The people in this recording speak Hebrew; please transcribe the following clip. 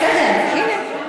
בסדר, הנה.